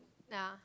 ya